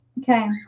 Okay